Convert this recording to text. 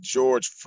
George